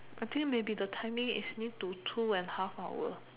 I think maybe the timing is need to two and half hour